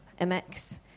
MX